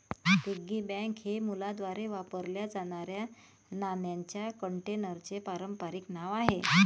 piggy bank हे मुलांद्वारे वापरल्या जाणाऱ्या नाण्यांच्या कंटेनरचे पारंपारिक नाव आहे